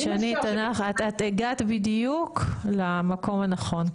אז שנית, את הגעת בדיוק למקום הנכון.